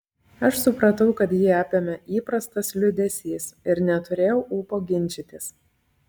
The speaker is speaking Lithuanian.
aš supratau kad jį apėmė įprastas liūdesys ir neturėjau ūpo ginčytis